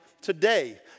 today